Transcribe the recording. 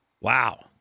Wow